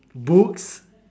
books